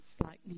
Slightly